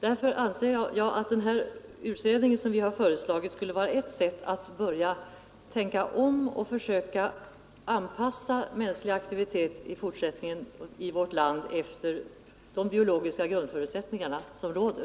Därför anser jag att den utredning som vi föreslagit skulle vara ett sätt att börja tänka om och försöka anpassa mänsklig aktivitet i fortsättningen här i vårt land efter de biologiska grundförutsättningar som råder.